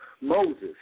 Moses